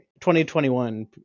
2021